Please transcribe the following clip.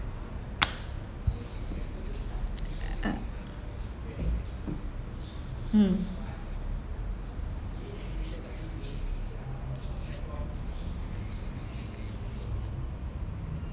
mm